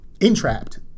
entrapped